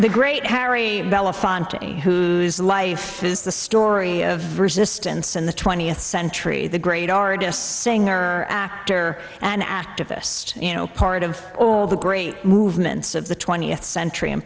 the great harry belafonte whose life is the story of resistance in the twentieth century the great artist singer actor and activist you know part of the great movements of the twentieth century and